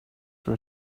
for